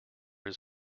his